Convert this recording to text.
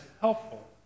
helpful